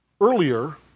earlier